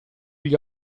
gli